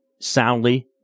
soundly